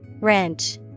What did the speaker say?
Wrench